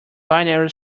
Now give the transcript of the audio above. binary